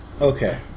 Okay